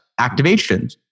activations